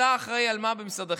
למה אתה אחראי במשרד החינוך?